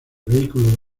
vehículo